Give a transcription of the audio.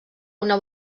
una